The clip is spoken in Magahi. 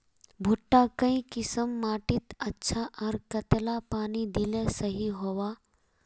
भुट्टा काई किसम माटित अच्छा, आर कतेला पानी दिले सही होवा?